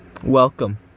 Welcome